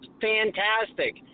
fantastic